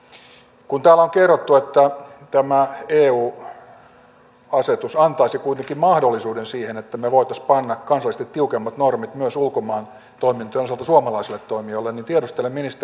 kun täällä on kerrottu että tämä eu asetus antaisi kuitenkin mahdollisuuden siihen että me voisimme panna kansallisesti tiukemmat normit myös ulkomaan toimintojen osalta suomalaisille toimijoille niin tiedustelen ministeriltä